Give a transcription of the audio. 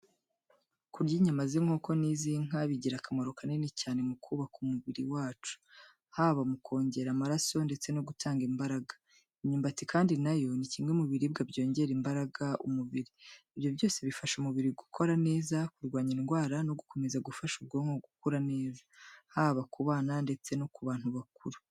Kurya inyama z’inkoko n’iz’inka bigira akamaro kanini cyane mu kubaka umubiri wacu, haba mu kongera amaraso ndetse no gutanga imbaraga. Imyumbati kandi na yo ni kimwe mu biribwa byongerera imbaraga umubiri. Ibyo byose bifasha umubiri gukora neza, kurwanya indwara no gukomeza gufasha ubwonko gukura neza, haba ku bana ndetse no ku bantu bakuru.